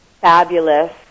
fabulous